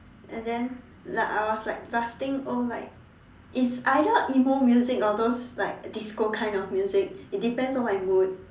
and then like I was like blasting oh like it's either emo music or those like disco kind of music it depends on my mood